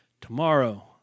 tomorrow